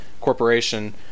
Corporation